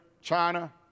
China